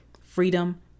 freedom